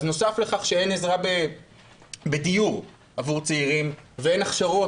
אז נוסף על כך שאין עזרה בדיור עבור צעירים ואין הכשרות